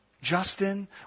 Justin